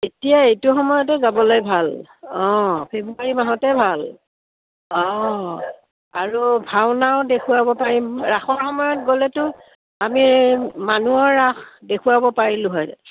এতিয়া এইটো সময়তে যাবলৈ ভাল অঁ ফেব্ৰুৱাৰী মাহতে ভাল অঁ আৰু ভাওনাও দেখুুৱাব পাৰিম ৰাসৰ সময়ত গ'লেতো আমি মানুহৰ ৰাস দেখুৱাব পাৰিলোঁ হয়